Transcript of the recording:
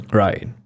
right